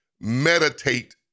Meditate